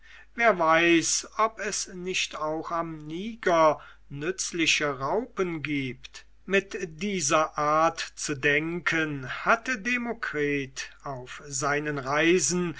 wer weiß ob es nicht auch am niger nützliche raupen gibt mit dieser art zu denken hatte sich demokritus auf seinen reisen